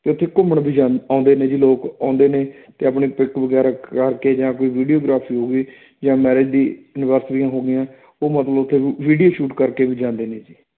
ਅਤੇ ਉੱਥੇ ਘੁੰਮਣ ਵੀ ਜਾ ਆਉਂਦੇ ਨੇ ਜੀ ਲੋਕ ਆਉਂਦੇ ਨੇ ਅਤੇ ਆਪਣੇ ਪਿੱਟ ਵਗੈਰਾ ਕਰਕੇ ਜਾਂ ਕੋਈ ਵੀਡੀਓਗ੍ਰਾਫੀ ਹੋ ਗਈ ਜਾਂ ਮੈਰਿਜ ਦੀ ਇਨਵਰਸਰੀਆਂ ਹੋ ਗਈਆਂ ਉਹ ਮਤਲਬ ਉੱਥੇ ਵੀ ਵੀਡੀਓ ਸ਼ੂਟ ਕਰਕੇ ਵੀ ਜਾਂਦੇ ਨੇ ਜੀ